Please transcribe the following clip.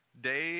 day